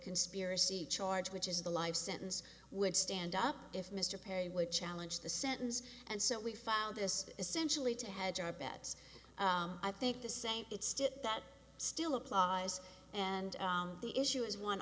conspiracy charge which is the life sentence would stand up if mr perry would challenge the sentence and so we filed this essentially to hedge our bets i think the same it's still that still applies and the issue is one